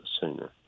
sooner